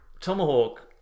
Tomahawk